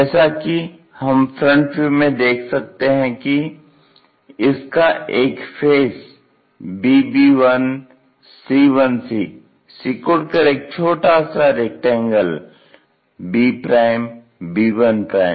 जैसा कि हम फ्रंट व्यू में देख सकते हैं कि इसका एक फेस BB1C1C सिकुड़ कर एक छोटा सा रेक्टेंगल b b1c1c बनाता है